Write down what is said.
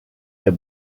der